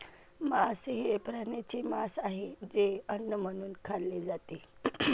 मांस हे प्राण्यांचे मांस आहे जे अन्न म्हणून खाल्ले जाते